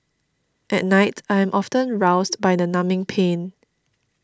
at night I am often roused by the numbing pain